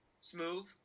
Smooth